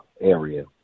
area